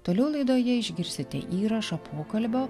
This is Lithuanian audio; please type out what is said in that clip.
toliau laidoje išgirsite įrašą pokalbio